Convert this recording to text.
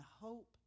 hope